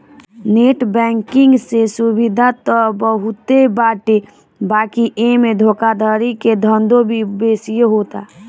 net banking से सुविधा त बहुते बाटे बाकी एमे धोखाधड़ी के धंधो भी बेसिये होता